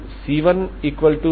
cos nπLx fఅని చూడవచ్చు